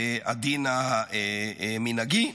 לדין המנהגי,